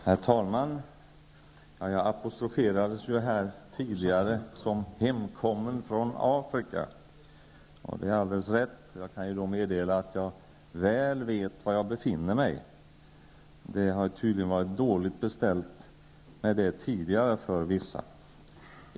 Herr talman! Jag apostroferades tidigare i debatten som ''hemkommen från Afrika''. Det är alldeles riktigt. Jag kan också meddela att jag väl vet var jag befinner mig. Det har tydligen för vissa deltagare i debatten varit dåligt beställt med det tidigare.